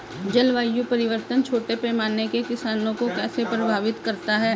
जलवायु परिवर्तन छोटे पैमाने के किसानों को कैसे प्रभावित करता है?